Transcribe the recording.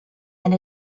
and